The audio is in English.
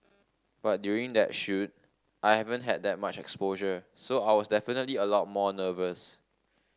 but during that shoot I haven't had that much exposure so I was definitely a lot more nervous